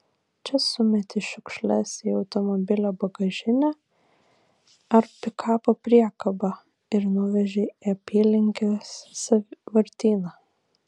čia sumeti šiukšles į automobilio bagažinę ar pikapo priekabą ir nuveži į apylinkės sąvartyną